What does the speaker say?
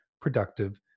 productive